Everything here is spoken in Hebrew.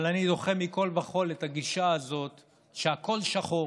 אבל אני דוחה מכול וכול את הגישה הזאת שהכול שחור